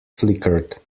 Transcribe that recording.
flickered